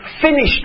finished